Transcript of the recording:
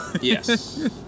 yes